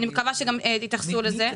אני מקווה שתתייחסו לזה.